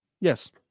Yes